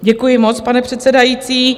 Děkuji moc, pane předsedající.